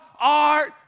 art